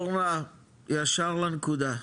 אורנה, ישר לנקודה.